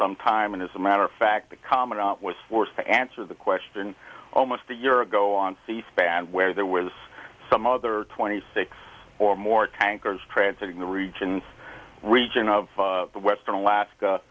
some time and as a matter of fact the commandant was forced to answer the question almost a year ago on c span where there was some other twenty six or more tankers translating the region's region of the western alaska